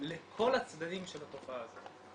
לכל הצדדים של התופעה הזאת.